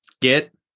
get